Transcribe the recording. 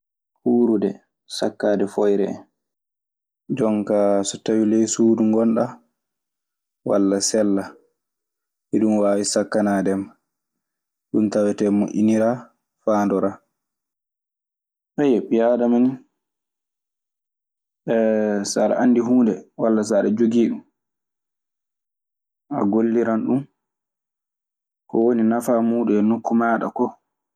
Huurude, sakkaade foyre en. Jon kaa so tawii ley suudu ngonɗaa walla sella, iɗun waawi sakkanaade ma. Ɗu tawetee moƴƴiniraa, faandoraa. Ayoo, ɓii aadama ni so aɗe anndi huunde, walla so aɗe jogii ɗun a golliran ɗun ko woni nafaa muuɗun e nokku maaɗa koo.